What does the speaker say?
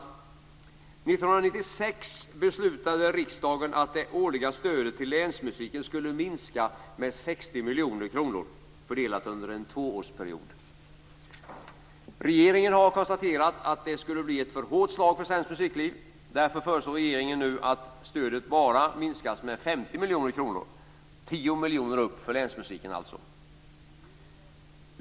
1996 beslutade riksdagen att det årliga stödet till länsmusiken skulle minska med 60 miljoner kronor fördelat på en tvåårsperiod. Regeringen har konstaterat att det skulle bli ett för hårt slag för svenskt musikliv. Därför föreslår regeringen nu att stödet minskas med bara 50 miljoner kronor - 10 miljoner upp för länsmusiken, alltså.